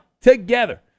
together